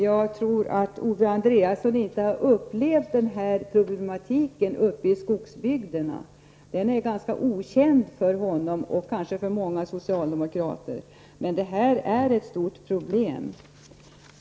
Jag tror att Ove Andréasson inte har upplevt problematiken i skogsbygderna. Den är säkert ganska okänd för honom och kanske också för många andra socialdemokrater, men här handlar det om ett stort problem.